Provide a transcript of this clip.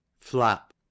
Flap